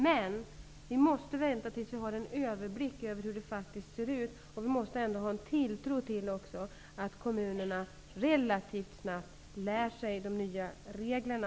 Men vi måste vänta tills vi har en överblick över hur det faktiskt ser ut. Vi måste ändå ha en tilltro till att kommunerna relativt snabbt kommer att lära sig de nya reglerna.